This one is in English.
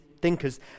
thinkers